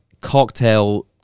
cocktail